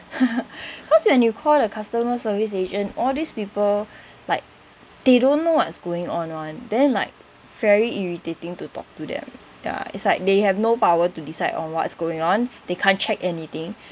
cause when you call the customer service agent all these people like they don't know what's going on [one] then like very irritating to talk to them ya it's like they have no power to decide on what's going on they can't check anything